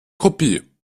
kopie